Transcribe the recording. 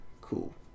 cool